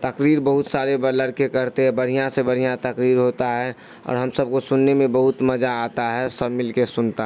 تقریر بہت سارے لڑکے کرتے ہیں بڑھیا سے بڑھیا تقریر ہوتا ہے اور ہم سب کو سننے میں بہت مزہ آتا ہے سب مل کے سنتا ہے